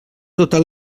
total